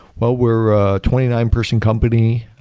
but we're a twenty nine person company,